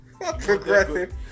Progressive